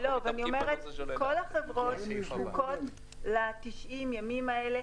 כל החברות זקוקות ל-90 הימים האלה.